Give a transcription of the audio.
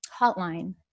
hotline